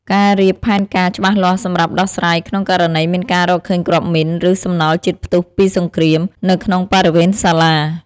ការរៀបផែនការច្បាស់លាស់សម្រាប់ដោះស្រាយក្នុងករណីមានការរកឃើញគ្រាប់មីន ឬ សំណល់ជាតិផ្ទុះពីសង្គ្រាម នៅក្នុងបរិវេណសាលា។